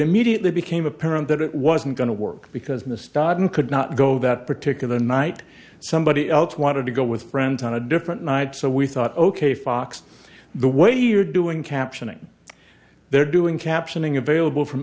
immediately became apparent that it wasn't going to work because in the start and could not go that particular night somebody else wanted to go with friends on a different night so we thought ok fox the way you're doing captioning they're doing captioning available from